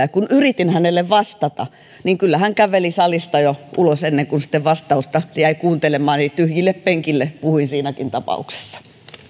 ja kun yritin hänelle vastata niin kyllä hän jo käveli salista ulos ennen kuin jäi kuuntelemaan vastausta eli tyhjille penkeille puhuin siinäkin tapauksessa